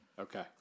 Okay